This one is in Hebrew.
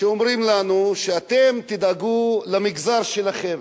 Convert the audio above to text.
שאומרים לנו: אתם תדאגו למגזר שלכם,